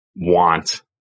want